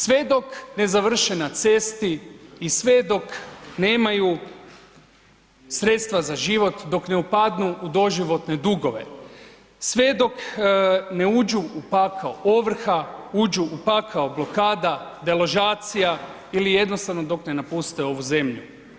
Sve dok ne završe na cesti i sve dok nemaju sredstva za život dok ne opadnu u doživotne dugove, sve dok ne uđu u pakao ovrha, uđu u pakao blokada, deložacija ili jednostavno dok ne napuste ovu zemlju.